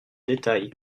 détail